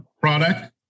product